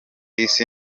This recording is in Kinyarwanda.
isi